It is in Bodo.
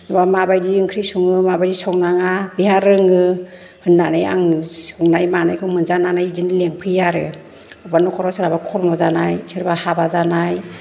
बेबा माबायदि ओंख्रि सङो माबादि संनाङा बेहा रोङो होननानै आं संनाय मानायखौ मोनजानानै बिदिनो लिंफैयो आरो अबेबा नखराव सोरहाबा खर्म' जानाय सोरबा हाबा जानाय